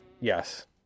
yes